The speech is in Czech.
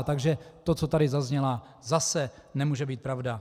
Takže to, co tady zaznělo, zase nemůže být pravda.